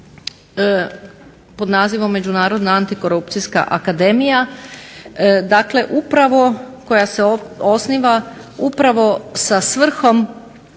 pod nazivom Međunarodna antikorupcijska akademija dakle upravo koja se osniva sa svrhom